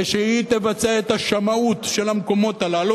ושהיא תבצע את השמאות של המקומות הללו,